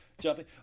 jumping